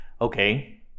Okay